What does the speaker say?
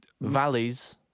valleys